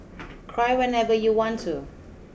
cry whenever you want to